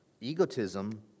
egotism